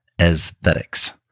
Aesthetics